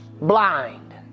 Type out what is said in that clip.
blind